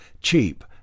cheap